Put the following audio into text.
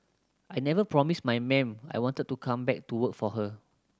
I never promised my ma'am I wanted to come back to work for her